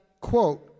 quote